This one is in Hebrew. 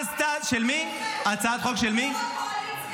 יש הצעת חוק של כל הקואליציה.